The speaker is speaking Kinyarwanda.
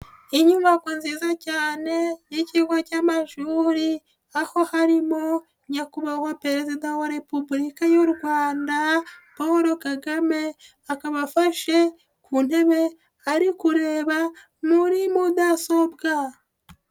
Inyubako nziza cyane y'ikigo cy'amashuri, aho harimo Nyakubahwa Perezida wa Repubulika y'u Rwanda, Paul Kagame akaba afashe ku ntebe ari kureba muri mudasobwa.